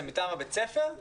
מטעם בית הספר?